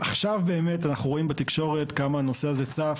עכשיו אנחנו רואים בתקשורת עד כמה הנושא הזה צף,